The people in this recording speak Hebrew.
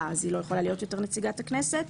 אז היא לא יכולה להיות יותר נציגת הכנסת,